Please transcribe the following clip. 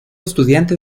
estudiante